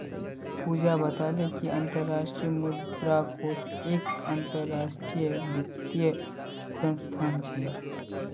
पूजा बताले कि अंतर्राष्ट्रीय मुद्रा कोष एक अंतरराष्ट्रीय वित्तीय संस्थान छे